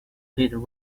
pit